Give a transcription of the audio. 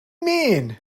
mean